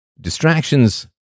distractions